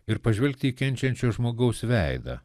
ir pažvelgti į kenčiančio žmogaus veidą